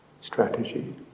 strategy